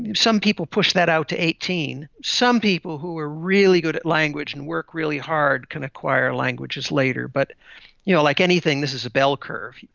some people push that out to eighteen. some people who are really good at language and work really hard can acquire languages later. but you know like anything, this is a bell curve.